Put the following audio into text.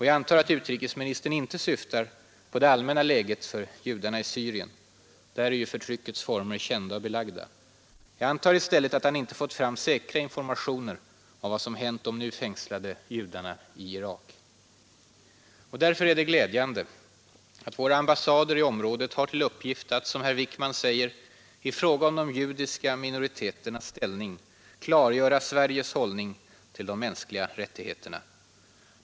Jag antar att utrikesministern inte syftar på det allmänna läget för judarna i Syrien — där är ju förtryckets former kända och belagda. Jag antar i stället att han inte fått fram säkra informationer om vad som hänt de nu fängslade judarna i Irak. Därför är det glädjande att våra ambassader i området har till uppgift att, som herr Wickman säger, ”i fråga om de judiska minoriteternas ställning” klargöra Sveriges hållning till de mänskliga rättigheterna.